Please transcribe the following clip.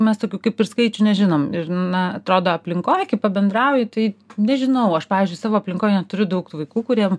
mes tokių kaip ir skaičių nežinom ir na atrodo aplinkoj kai pabendrauji tai nežinau aš pavyzdžiui savo aplinkoj neturiu daug tų vaikų kuriem